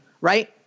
right